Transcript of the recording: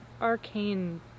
Arcane